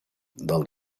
del